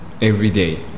everyday